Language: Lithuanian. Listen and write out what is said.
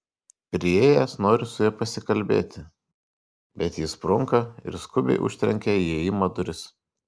priėjęs noriu su ja pasikalbėti bet ji sprunka ir skubiai užtrenkia įėjimo duris